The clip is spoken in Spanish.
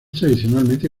tradicionalmente